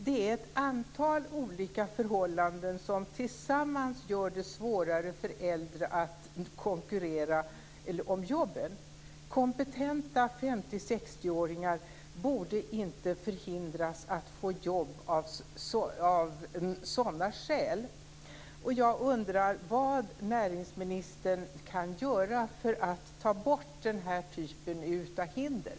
Det är ett antal olika förhållanden tillsammans som gör det svårare för äldre att konkurrera om jobben. Kompetenta 50-60-åringar borde inte förhindras att få jobb av sådana skäl. Jag undrar vad näringsministern kan göra för att ta bort den här typen av hinder.